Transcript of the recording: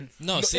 No